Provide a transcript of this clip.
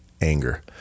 anger